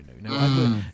no